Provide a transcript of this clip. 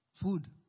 food